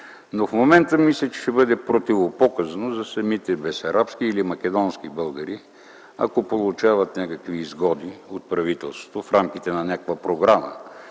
че в момента ще бъде противопоказно за самите бесарабски или македонски българи да получават някакви изгоди от правителството в рамките на някаква програма